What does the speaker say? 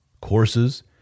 courses